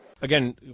Again